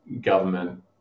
government